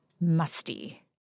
musty